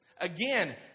Again